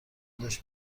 داشت